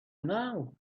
now